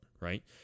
right